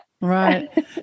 Right